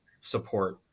support